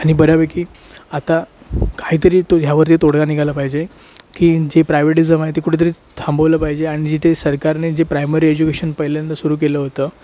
आणि बऱ्यापैकी आत्ता काही तरी तो ह्यावरती तोडगा निघाला पाहिजे की जे प्रायवेटिजम आहे ते कुठे तरी थांबवलं पाहिजे आणि जिथे सरकारने जे प्रायमरी एज्युकेशन पहिल्यांदा सुरु केलं होतं